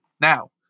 Now